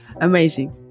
Amazing